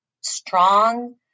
strong